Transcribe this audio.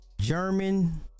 German